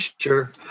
Sure